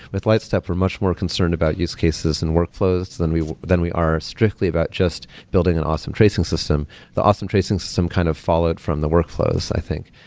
with lightstep, we're much more concerned about use cases and workflows than we than we are strictly about just building an awesome tracing system the awesome tracing system kind of followed from the workflows, i think.